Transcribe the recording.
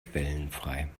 quellenfrei